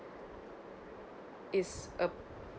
it's a